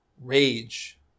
rage